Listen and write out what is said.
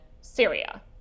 Syria